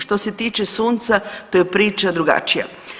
Što se tiče sunca tu je priča drugačija.